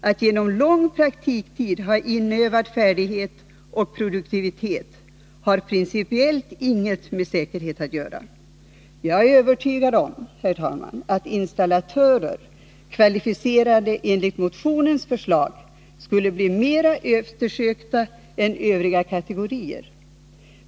Att genom lång praktiktid ha inövad färdighet och produktivitet har principiellt inget med säkerhet att göra. Jag är övertygad om, herr talman, att installatörer, kvalificerade enligt motionens förslag, skulle bli mera eftersökta än övriga kategorier.